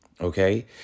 okay